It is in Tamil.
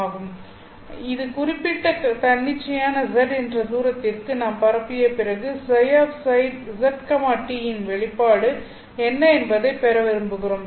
ஆகும் இந்த குறிப்பிட்ட தன்னிச்சையான z என்ற தூரத்திற்கு நாம் பரப்பிய பிறகு ψzt இன் வெளிப்பாடு என்ன என்பதைப் பெற விரும்புகிறோம்